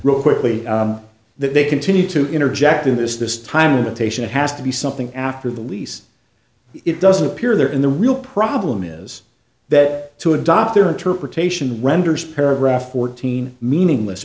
wrong quickly that they continue to interject in this this time limitation has to be something after the lease it doesn't appear there in the real problem is that to adopt their interpretation renders paragraph fourteen meaningless